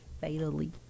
Fatally